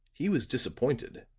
he was disappointed